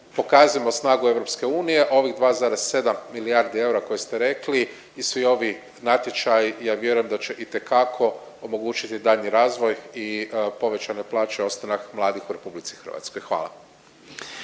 pokažimo snagu EU, ovih 2,7 milijardi eura koje ste rekli i svi ovi natječaji ja vjerujem da će itekako omogućiti daljnji razvoj i povećane plaće i ostanak mladih u RH, hvala.